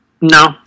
No